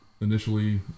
Initially